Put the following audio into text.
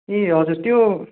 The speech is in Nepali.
ए हजुर त्यो